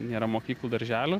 nėra mokyklų darželių